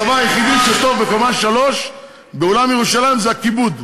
הדבר היחיד שטוב בקומה 3 באולם "ירושלים" זה הכיבוד.